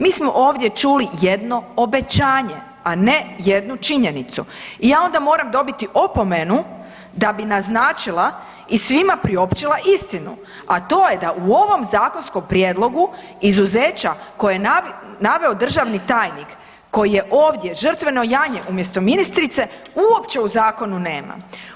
Mi smo ovdje čuli jedno obećanje, a ne jednu činjenicu i ja onda moram dobiti opomenu da bi naznačila i svim priopćila istinu, a to je da u ovom zakonskom prijedlogu izuzeća koja je naveo državni tajnik, koji je ovdje žrtveno janje umjesto ministrice, uopće u zakonu nema.